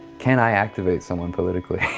can i activate someone politically?